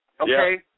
Okay